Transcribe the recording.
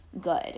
good